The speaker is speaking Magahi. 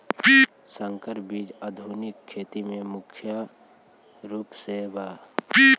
संकर बीज आधुनिक खेती में मुख्य रूप से बा